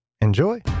Enjoy